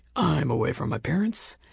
i'm away from my parents.